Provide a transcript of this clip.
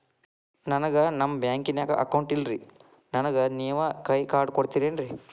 ನನ್ಗ ನಮ್ ಬ್ಯಾಂಕಿನ್ಯಾಗ ಅಕೌಂಟ್ ಇಲ್ರಿ, ನನ್ಗೆ ನೇವ್ ಕೈಯ ಕಾರ್ಡ್ ಕೊಡ್ತಿರೇನ್ರಿ?